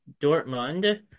Dortmund